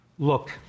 Look